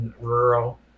rural